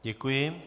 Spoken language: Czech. Děkuji.